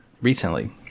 recently